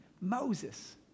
Moses